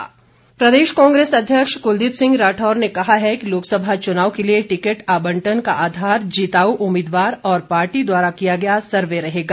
कांग्रेस प्रदेश कांग्रेस अध्यक्ष कुलदीप सिंह राठौर ने कहा है कि लोकसभा चुनाव के लिए टिकट आबंटन का आधार जिताऊ उम्मीदवार और पार्टी द्वारा किया गया सर्वे रहेगा